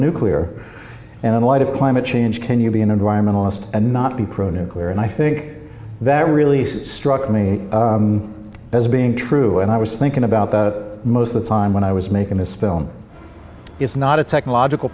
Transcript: nuclear and in light of climate change can you be an environmentalist and not be prone to wear and i think that really struck me as being true and i was thinking about that most of the time when i was making this film it's not a technological